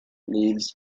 leaves